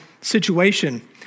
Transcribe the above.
situation